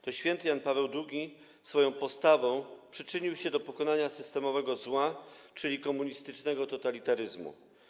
To św. Jan Paweł II swoją postawą przyczynił się do pokonania systemowego zła, czyli komunistycznego totalitaryzmu.